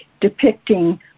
depicting